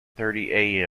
thirty